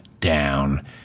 down